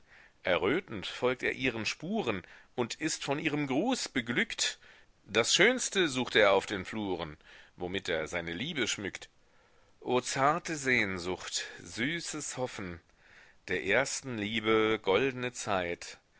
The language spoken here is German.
errötend folgt er ihren spuren und ist von ihrem gruß beglückt das schönste sucht er auf den fluren womit er seine liebe schmückt o zarte sehnsucht süßes hoffen der ersten liebe goldne zeit